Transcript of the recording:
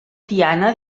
tiana